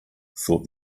thought